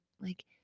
like-